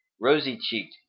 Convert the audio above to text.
rosy-cheeked